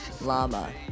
llama